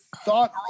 thought